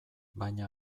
baina